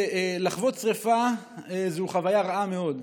לחוות שרפה זאת חוויה רעה מאוד,